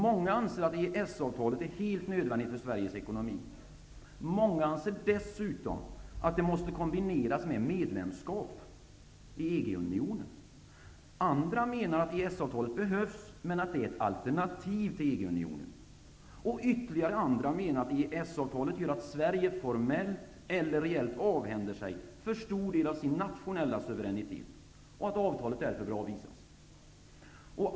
Många anser att EES-avtalet är helt nödvändigt för Sveriges ekonomi. Många anser dessutom att det måste kombineras med medlemskap i EG-unionen. Andra menar att EES avtalet behövs, men att det är ett alternativ till EG unionen. Ytterligare andra menar att EES-avtalet gör att Sverige formellt eller reellt avhänder sig för stor del av sin nationella suveränitet och att avtalet därför bör avvisas.